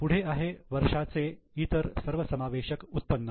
पुढे आहे वर्षाचे इतर सर्वसमावेशक उत्पन्न